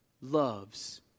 loves